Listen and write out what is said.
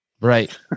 right